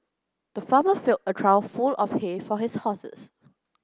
the farmer filled a trough full of hay for his horses